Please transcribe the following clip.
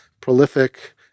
prolific